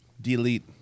Delete